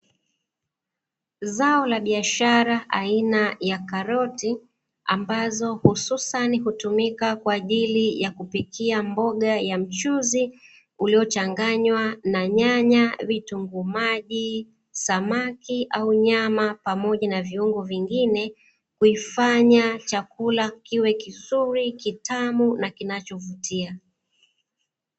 Zao la biashara aina ya karoti ambazo hususani hutumika kwa ajili ya kupikia mboga ya mchuzi uliochanganywa na nyanya, vitunguu maji, samaki au nyama pamoja na viungo vingine kuifanya chakula kiwe kizuri, kitamu na kinachovutia.